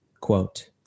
Quote